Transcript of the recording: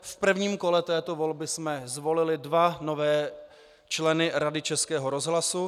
V prvním kole této volby jsme zvolili dva nové členy Rady Českého rozhlasu.